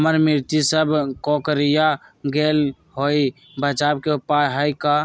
हमर मिर्ची सब कोकररिया गेल कोई बचाव के उपाय है का?